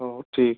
हो हो ठीक